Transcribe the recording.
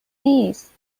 نیست